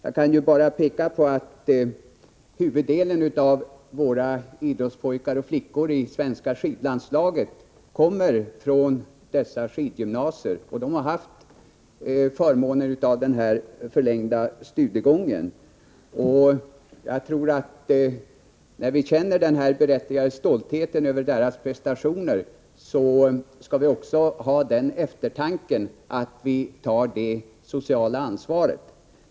Jag kan bara peka på att huvuddelen av våra idrottspojkar och flickor i svenska skidlandslaget kommer från dessa skidgymnasier och har haft förmånen av förlängd studiegång. När vi känner en berättigad stolthet över deras prestationer, skall vi också ha så mycket eftertanke att vi tar det sociala ansvaret.